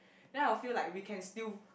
then I will feel like we can still